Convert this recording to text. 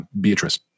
Beatrice